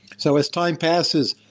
so as time passes,